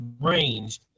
range